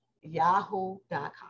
yahoo.com